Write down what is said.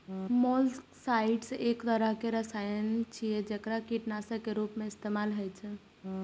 molluscicides एक तरहक रसायन छियै, जेकरा कीटनाशक के रूप मे इस्तेमाल होइ छै